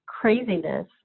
craziness